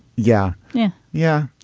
yeah yeah yeah.